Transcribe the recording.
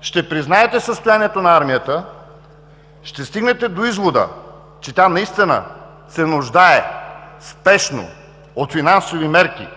ще признаете състоянието на армията, ще стигнете до извода, че тя наистина се нуждае спешно от финансови мерки,